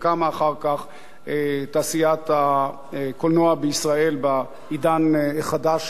אחר כך תעשיית הקולנוע בישראל בעידן החדש שלה.